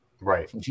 Right